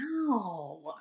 wow